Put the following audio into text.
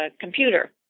computer